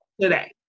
today